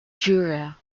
jura